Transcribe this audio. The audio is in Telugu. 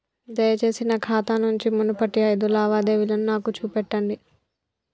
దయచేసి నా ఖాతా నుంచి మునుపటి ఐదు లావాదేవీలను నాకు చూపెట్టండి